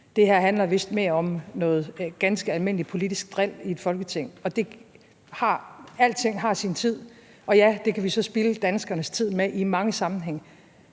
Det her handler vist mere om noget ganske almindeligt politisk dril i et Folketing. Alting har sin tid. Og ja, det kan vi så spilde danskernes tid med i mange sammenhænge,